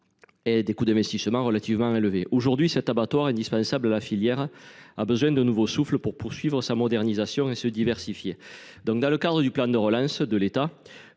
et le coût élevé des investissements. Aujourd’hui, cet abattoir indispensable à la filière a besoin d’un nouveau souffle pour poursuivre sa modernisation et se diversifier. Dans le cadre du plan de relance, l’État